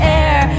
air